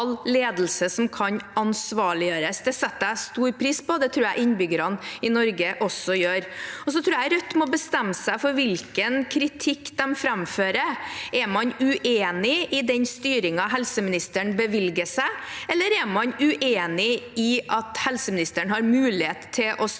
Det setter jeg stor pris på, og det tror jeg innbyggerne i Norge også gjør. Jeg tror Rødt må bestemme seg for hvilken kritikk de framfører. Er man uenig i den styringen helseministeren bevilger seg, eller er man uenig i at helsemi